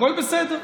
הכול בסדר.